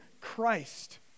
Christ